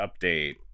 update